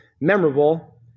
memorable